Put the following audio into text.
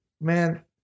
man